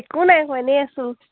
একো নাই কোৱা এনেই আছোঁ